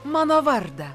mano vardą